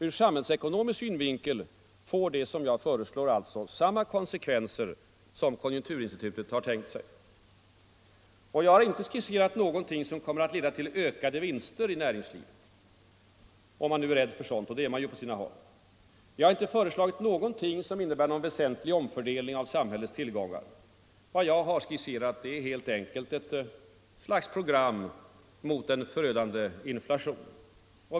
Ur samhällsekonomisk synvinkel får det som jag föreslår alltså samma konsekvenser som konjunkturinstitutet har tänkt sig. Och jag har inte skisserat någonting som kommer att leda till ökade vinster i näringslivet, om man nu är rädd för sådant, och det är man ju på sina håll. Jag har inte föreslagit någonting som innebär någon väsentlig omfördelning av samhällets tillgångar. Vad jag har skisserat är helt enkelt ett program mot en förödande inflation.